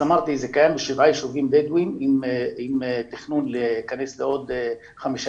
זה קיים בשבעה ישובים בדואים עם תכנון להיכנס לעוד חמישה